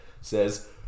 says